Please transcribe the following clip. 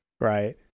Right